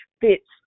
fits